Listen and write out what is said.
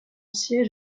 siège